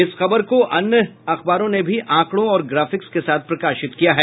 इस खबर को अन्य अखबारों ने भी आंकड़ों औ ग्राफिक्स के साथ प्रकाशित किया है